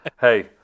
Hey